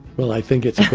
well, i think it's